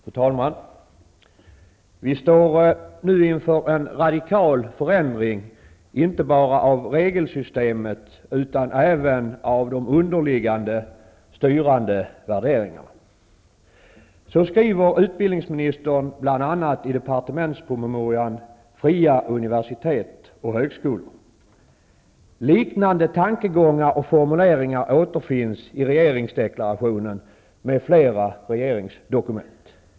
Fru talman! ''Vi står nu inför en radikal förändring, inte bara av regelsystemet utan även av de underliggande, styrande värderingarna.'' Så skriver utbildningsministern bl.a. i departementspromemorian Fria universitet och högskolor. Liknande tankegångar och formuleringar återfinns i regeringsdeklarationen och andra regeringsdokument.